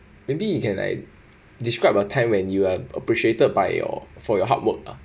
maybe you can like describe a time when you are appreciated by your for your hard work ah